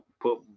put